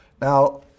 Now